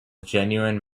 genuine